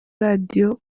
radio